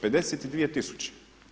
52 tisuće.